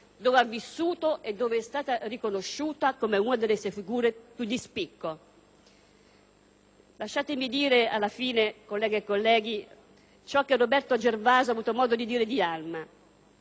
dove ha vissuto e dov'è stata riconosciuta come una delle sue figure più di spicco. Lasciatemi dire alla fine, colleghe e colleghi, ciò che Roberto Gervaso ha avuto modo di dire di Alma: